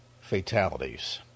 fatalities